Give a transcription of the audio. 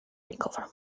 recover